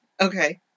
Okay